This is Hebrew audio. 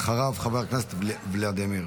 אחריו, חבר הכנסת ולדימיר.